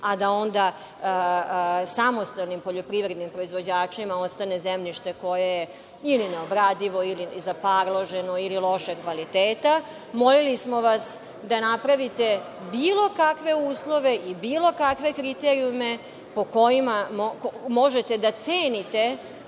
a da onda samostalnim poljoprivrednim proizvođačima ostane zemljište koje je ili neobradivo ili zaparloženo ili lošeg kvaliteta. Molili smo vas da napravite bilo kakve uslove i bilo kakve kriterijume po kojima možete da cenite